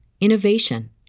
innovation